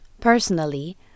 Personally